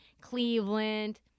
Cleveland